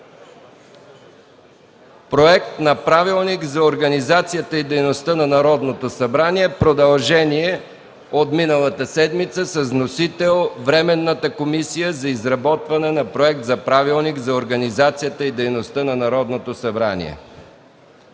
Проект на Правилник за организацията и дейността на Народното събрание – продължение от миналата седмица, с вносител Временната комисия за изработване на Проект за Правилник за организацията и дейността на Народното събрание.